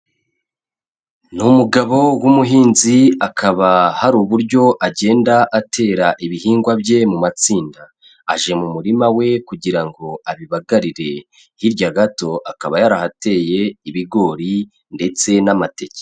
Ni umugabo w'umuhinzi akaba hari uburyo agenda atera ibihingwa bye mu matsinda, aje mu murima we kugira ngo abibagarire, hirya gato akaba yarahateye ibigori ndetse n'amateke.